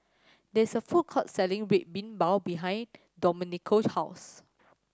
there is a food court selling Red Bean Bao behind Domenico's house